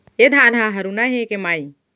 ए धान ह हरूना हे के माई?